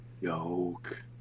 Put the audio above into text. yoke